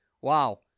Wow